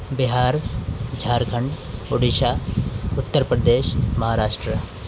Bihar Jharkhand Orissa Uttar Pradesh Maharashtra